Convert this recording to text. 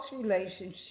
relationship